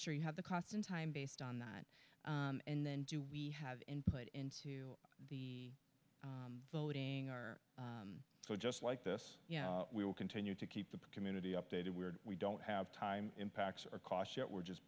sure you have the cost in time based on that and then do we have input into the looting so just like this yeah we will continue to keep the community updated weird we don't have time impacts are cautious we're just